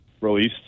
released